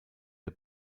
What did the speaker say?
der